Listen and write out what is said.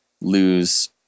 lose